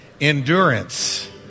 endurance